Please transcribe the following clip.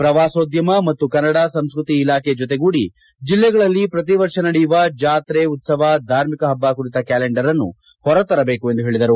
ಪ್ರಮಾಸೋದ್ಯಮ ಮತ್ತು ಕನ್ನಡ ಸಂಸ್ಕೃತಿ ಇಲಾಖೆ ಜೊತೆಗೂಡಿ ಜಿಲ್ಲೆಗಳಲ್ಲಿ ಪ್ರತಿವರ್ಷ ನಡೆಯುವ ಜಾತ್ರೆ ಉತ್ತವ ಧಾರ್ಮಿಕ ಪಬ್ಬ ಕುರಿತ ಕ್ಕಾಲೆಂಡರನ್ನು ಹೊರತರಬೇಕು ಎಂದು ಹೇಳಿದರು